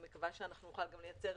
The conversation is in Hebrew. אני מקווה שנוכל לייצר